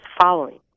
following